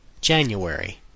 January